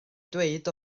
dweud